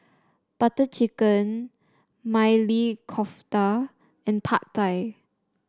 Butter Chicken Maili Kofta and Pad Thai